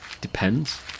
depends